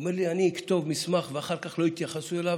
הוא אומר לי: אני אכתוב מסמך ואחר כך לא יתייחסו אליו?